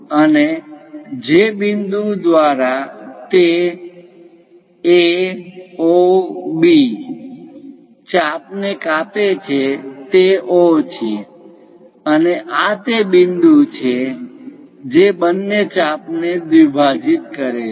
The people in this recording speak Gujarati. અને જે બિંદુ દ્વારા તે A O B A O B ચાપ ને કાપે છે તે O છે અને આ તે બિંદુ છે જે બંને ચાપને દ્વિભાજિત કરે છે